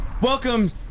Welcome